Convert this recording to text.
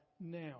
now